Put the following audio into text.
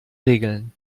regeln